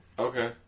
Okay